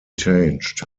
changed